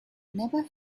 never